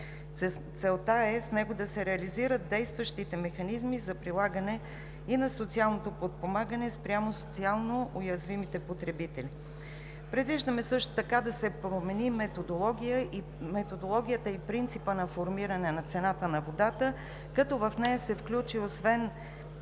Целта е с него да се реализират действащите механизми за прилагане и на социалното подпомагане спрямо социално уязвимите потребители. Предвиждаме също така да се промени методологията и принципът на формиране цената на водата, като в нея се включи, освен